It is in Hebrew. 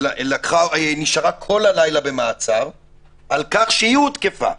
היא נשארה כל הלילה במעצר על כך שהיא הותקפה.